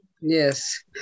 Yes